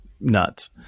nuts